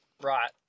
right